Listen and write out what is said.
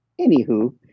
Anywho